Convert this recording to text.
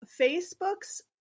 Facebook's